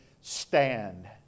stand